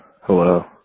Hello